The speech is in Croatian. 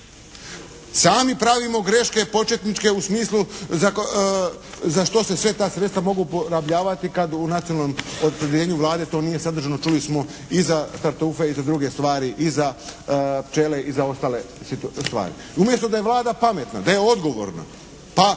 Sami pravimo greške početničke u smislu za što se sve ta sredstva mogu uporabljavati kad u nacionalnom …/Govornik se ne razumije./… Vlade to nije sadržano. Čuli smo i za tartufe i za druge stvari, i za pčele i za ostale stvari. Umjesto da je Vlada pametna, da je odgovorna pa